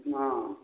ହଁ